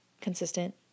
consistent